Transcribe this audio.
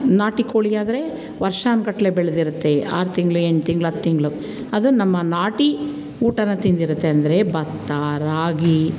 ನಾಟಿ ಕೋಳಿಯಾದರೆ ವರ್ಷಾನುಗಟ್ಲೆ ಬೆಳೆದಿರುತ್ತೆ ಆರು ತಿಂಗಳು ಎಂಟು ತಿಂಗಳು ಹತ್ತು ತಿಂಗಳು ಅದು ನಮ್ಮ ನಾಟಿ ಊಟನ ತಿಂದಿರುತ್ತೆ ಅಂದರೆ ಭತ್ತ ರಾಗಿ